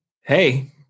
Hey